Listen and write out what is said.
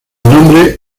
nombre